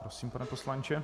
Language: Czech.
Prosím, pane poslanče.